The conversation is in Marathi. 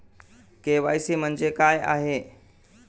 के.वाय.सी म्हणजे काय आहे?